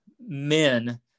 men